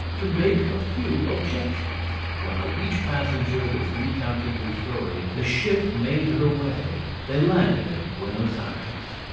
to make a few objections. while each passenger was recounting his story the ship made her way. they landed at buenos ayres.